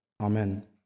amen